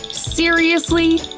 seriously!